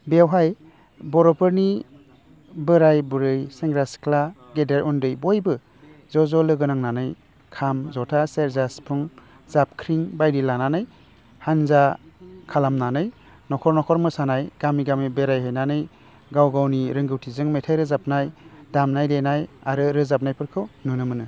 बेयावहाय बर'फोरनि बोराइ बुरै सेंग्रा सिख्ला गेदेर उन्दै बयबो ज' ज' लोगो नांनानै खाम जथा सेरजा सिफुं जाबख्रिं बायदि लानानै हान्जा खालामनानै नखर नखर मोसानाय गामि गामि बेरायहैनानै गाव गावनि रोंगौथिजों मेथाइ रोजाबनाय दामनाय देनाय आरो रोजाबनायफोरखौ नुनो मोनो